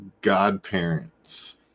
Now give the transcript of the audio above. godparents